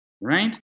right